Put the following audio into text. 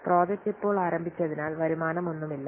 project ഇപ്പോൾ ആരംഭിച്ചതിനാൽ വരുമാനമൊന്നുമില്ല